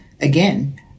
Again